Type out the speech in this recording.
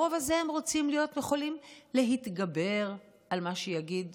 ברוב הזה הם יכולים להתגבר על מה שיגיד